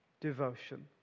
devotion